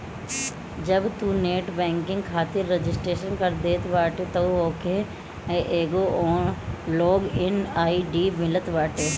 जब तू net banking खातिर रजिस्टर कर देत बाटअ तअ तोहके एगो लॉग इन आई.डी मिलत बाटे